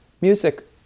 music